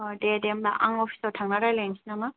दे दे होनबा आं अपिसआव थांना रायलायहैसै नामा